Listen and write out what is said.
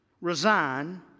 resign